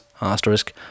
asterisk